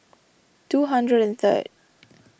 two hundred and third